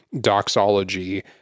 doxology